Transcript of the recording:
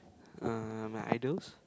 uh my idols